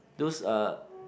those uh